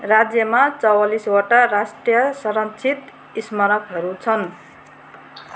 राज्यमा चवालिसवटा राष्ट्रिय संरक्षित स्मारकहरू छन्